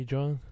John